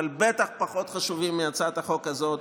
אבל בטח פחות חשובים מהצעת החוק הזאת.